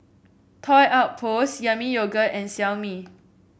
Toy Outpost Yami Yogurt and Xiaomi